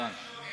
הם